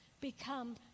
become